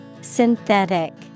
Synthetic